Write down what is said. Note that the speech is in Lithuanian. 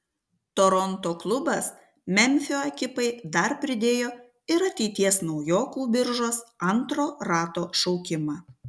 toronto klubas memfio ekipai dar pridėjo ir ateities naujokų biržos antro rato šaukimą